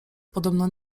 podobno